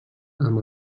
amb